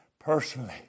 personally